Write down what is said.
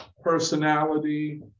personality